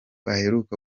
aheruka